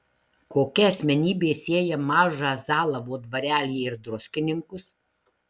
kokia asmenybė sieja mažą zalavo dvarelį ir druskininkus